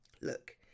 look